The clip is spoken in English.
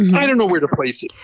and i don't know where to place it.